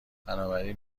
بنابراین